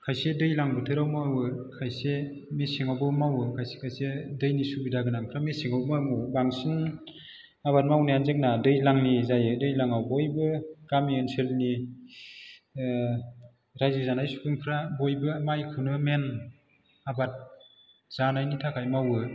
खायसे दैज्लां बोथोराव मावो खायसे मेसेङावबो मावो खायसे खायसे दैनि सुबिदा गोनांफ्रा मेसेङावबो मावो बांसिन आबाद मावनाया जोंना दैज्लांनि जायो दैज्लाङाव बयबो गामि ओनसोलनि रायजो जानाय सुबुंफ्रा बयबो माइखौनो मेन आबाद जानायनि थाखाय मावो